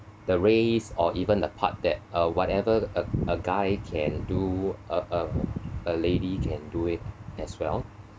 the race or even the part that uh whatever a a guy can do a a a lady can do it as well